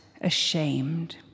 ashamed